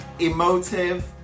emotive